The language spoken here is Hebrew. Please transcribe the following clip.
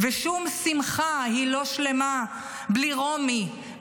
ושום שמחה היא לא שלמה בלי רומי,